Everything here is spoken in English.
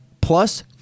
plus